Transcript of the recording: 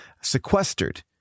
sequestered